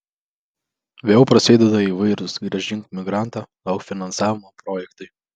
vėl prasideda įvairūs grąžink migrantą gauk finansavimą projektai